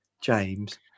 James